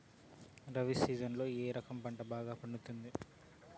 రబి సీజన్లలో ఏ రకం పంట బాగా పండుతుంది